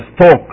talk